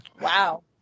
Wow